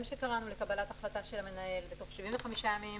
שקראנו לקבלת החלטה של המנהל בתוך 75 ימים,